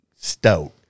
stout